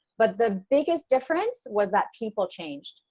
but the biggest difference was that people changed.